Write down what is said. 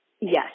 yes